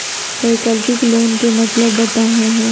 वैकल्पिक लोन के मतलब बताहु हो?